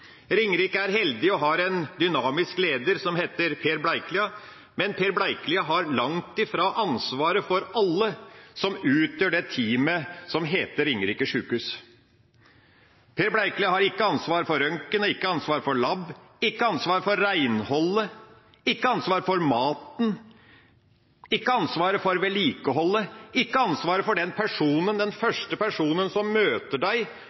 er heldig og har en dynamisk leder som heter Per Bleikelia. Men Per Bleikelia har langt ifra ansvaret for alle som utgjør det teamet som heter Ringerike sykehus. Per Bleikelia har ikke ansvar for røntgen og ikke ansvar for lab, ikke ansvar for reinholdet, ikke ansvar for maten, ikke ansvar for vedlikeholdet og ikke ansvar for den første personen som møter